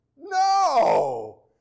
No